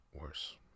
worse